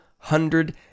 hundred